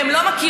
והן לא מכירות,